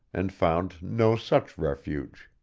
and found no such refuge.